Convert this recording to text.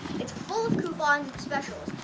it's full of coupons and specials,